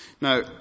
Now